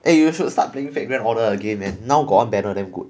eh you should start playing fate grand order again man now got one banner damn good